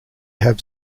have